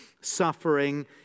suffering